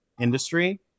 industry